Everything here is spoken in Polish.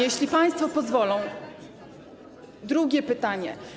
Jeśli państwo pozwolą, drugie pytanie.